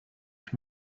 ich